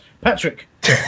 Patrick